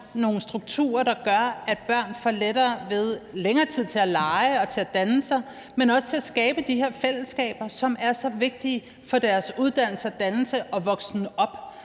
nogle strukturer, der gør, at børn får længere tid til at lege og til at blive dannet, men også til at skabe de her fællesskaber, som er så vigtige for deres uddannelse, dannelse og det at vokse op.